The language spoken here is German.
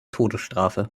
todesstrafe